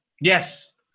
Yes